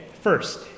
first